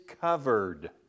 covered